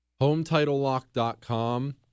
Hometitlelock.com